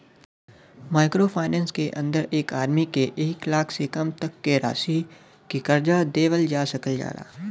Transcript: micro finance के अंदर एक आदमी के एक लाख से कम तक क राशि क कर्जा देवल जा सकल जाला